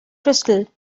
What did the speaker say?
crystal